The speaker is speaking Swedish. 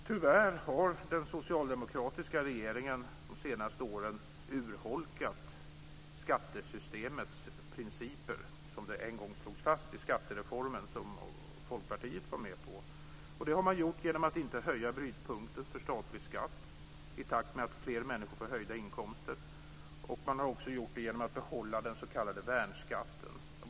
Tyvärr har den socialdemokratiska regeringen under de senaste åren urholkat skattesystemets principer så som dessa en gång slogs fast i skattereformen, som Folkpartiet också var med på. Det har man gjort genom att inte höja brytpunkten för statlig skatt i takt med att fler människor får höjda inkomster. Man har också gjort det genom att behålla den s.k. värnskatten.